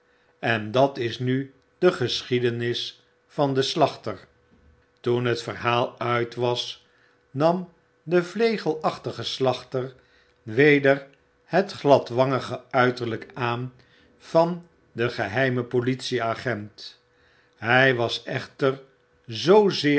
en dat is nu de geschiedenis van den slachter toen het verhaal uit was nam de vlegelacbtige slachter weder het gladwangige uiterlyk aan van den geheimen politieagent hy was echter zoozeer